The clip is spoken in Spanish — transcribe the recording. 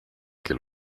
que